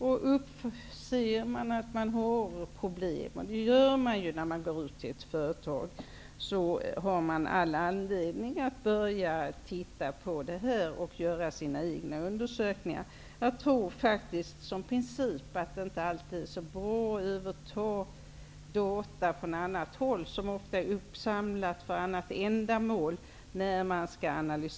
Om man ser att det finns problem, och det gör man ju om man går ut till ett företag, har man all anledning att börja titta på detta och göra sina egna undersökningar. Jag tror att det som princip inte alltid är så bra att ta data från annat håll när man skall analysera vad en ofullkomlighet egentligen bottnar i.